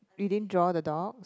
you didn't draw the dogs